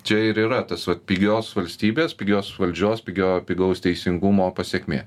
čia ir yra tas vat pigios valstybės pigios valdžios pigio pigaus teisingumo pasekmė